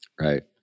Right